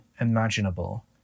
imaginable